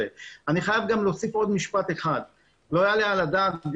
בנוסף - לא יעלה על הדעת,